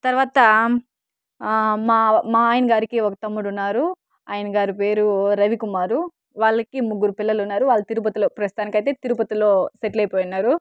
తర్వాత మా మా ఆయన గారికి ఒక తమ్ముడు ఉన్నారు ఆయన గారి పేరు రవికుమారు వాళ్ళకి ముగ్గురు పిల్లలున్నారు వాళ్ళు తిరుపతిలో ప్రస్తుతానికి అయితే తిరుపతిలో సెటిలైపోయున్నారు